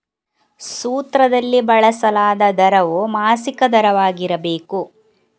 ಸೂತ್ರದಲ್ಲಿ ಬಳಸಲಾದ ದರವು ಮಾಸಿಕ ದರವಾಗಿರಬೇಕು